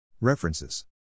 References